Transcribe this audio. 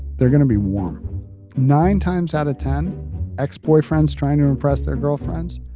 they're gonna be one nine times out of ten ex-boyfriends trying to impress their girlfriends,